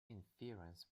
inference